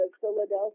Philadelphia